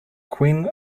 queen